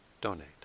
donate